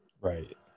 Right